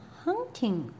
hunting